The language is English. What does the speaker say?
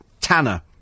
Tanner